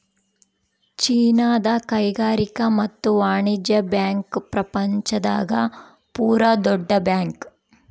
ಚೀನಾದ ಕೈಗಾರಿಕಾ ಮತ್ತು ವಾಣಿಜ್ಯ ಬ್ಯಾಂಕ್ ಪ್ರಪಂಚ ದಾಗ ಪೂರ ದೊಡ್ಡ ಬ್ಯಾಂಕ್